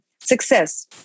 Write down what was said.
success